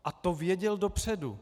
A to věděl dopředu.